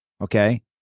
Okay